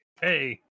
Hey